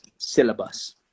Syllabus